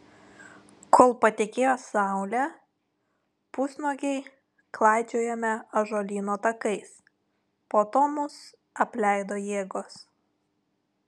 kol patekėjo saulė pusnuogiai klaidžiojome ąžuolyno takais po to mus apleido jėgos